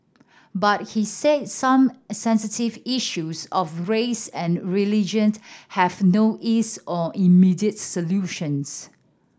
but he said some sensitive issues of race and religion have no ease or immediate solutions